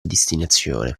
destinazione